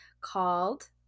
called